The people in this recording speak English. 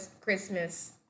Christmas